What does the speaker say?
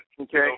Okay